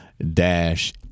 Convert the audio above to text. dash